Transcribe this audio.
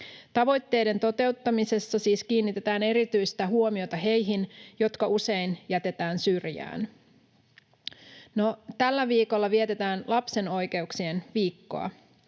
Tavoitteiden toteuttamisessa siis kiinnitetään erityistä huomiota heihin, jotka usein jätetään syrjään. Tällä viikolla vietetään Lapsen oikeuksien viikkoa.